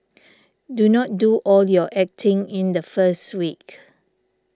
do not do all your acting in the first week